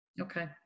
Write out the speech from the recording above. Okay